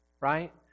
right